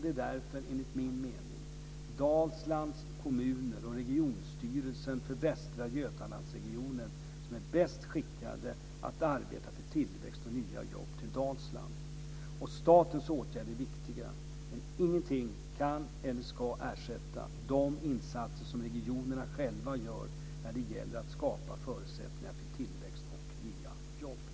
Det är därför, enligt min mening, Dalslands kommuner och regionstyrelsen för Västra Götalandsregionen är bäst skickade att arbeta för tillväxt och nya jobb till Dalsland. Statens åtgärder är viktiga - men ingenting kan eller ska ersätta de insatser som regionerna själva gör när det gäller att skapa förutsättningar för tillväxt och nya jobb.